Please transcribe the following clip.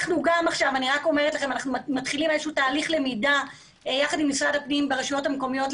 אנחנו מתחילים תהליך למידה יחד עם משרד הפנים ברשויות המקומיות,